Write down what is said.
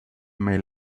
may